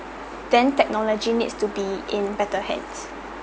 then technology needs to be in better hands